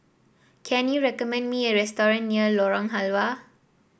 can you recommend me a restaurant near Lorong Halwa